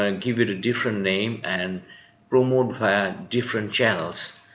and give it a different name and promote via different channels.